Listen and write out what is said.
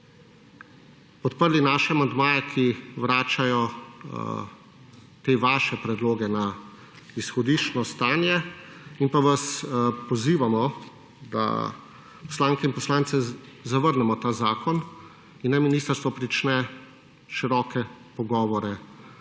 podprli naše amandmaje, ki vračajo te vaše predloge na izhodiščno stanje in vas pozivamo, poslanke in poslanci, da zavrnemo ta zakon in naj ministrstvo prične široke pogovore